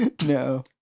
No